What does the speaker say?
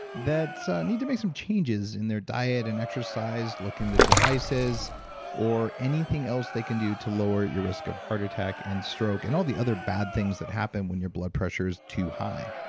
that so need to make some changes in their diet and exercise. looking to devices or anything else they can do to lower your risk of heart attack and stroke, and all the other bad things that happen when your blood pressure's too high.